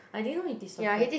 I didn't know he teach soccer